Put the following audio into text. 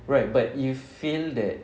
right but you feel that